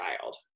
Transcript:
child